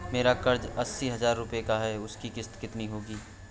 मेरा कर्ज अस्सी हज़ार रुपये का है उसकी किश्त कितनी होगी?